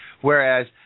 Whereas